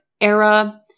era